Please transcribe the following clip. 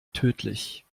tödlich